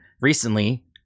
recently